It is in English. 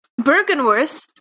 Bergenworth